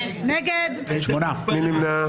מי נמנע?